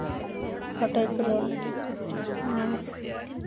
ᱯᱷᱳᱴᱳᱭ ᱛᱩᱞᱟᱹᱣᱟ ᱟᱨ